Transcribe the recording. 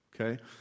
Okay